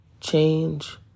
Change